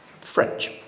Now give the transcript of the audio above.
French